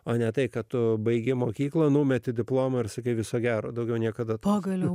o ne tai kad tu baigei mokyklą numeti diplomą ir sudie viso gero daugiau niekada to galima